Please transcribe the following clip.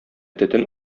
төтен